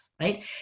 Right